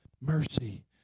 mercy